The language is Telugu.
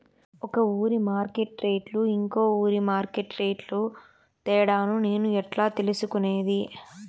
ఒక ఊరి మార్కెట్ రేట్లు ఇంకో ఊరి మార్కెట్ రేట్లు తేడాను నేను ఎట్లా తెలుసుకునేది?